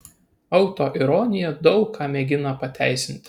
autoironija daug ką mėgina pateisinti